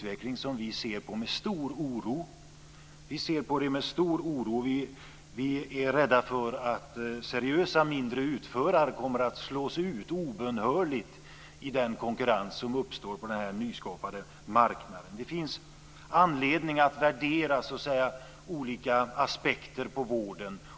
Vi är rädda för att seriösa mindre utförare kommer att slås ut obönhörligt i den konkurrens som uppstår på den nyskapade marknaden. Det finns anledning att värdera olika aspekter på vården.